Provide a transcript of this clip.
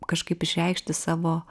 kažkaip išreikšti savo